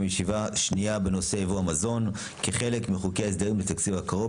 ישיבה שנייה בנושא יבוא המזון כחלק מחוקי ההסדרים לתקציב הקרוב,